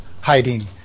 hiding